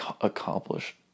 accomplish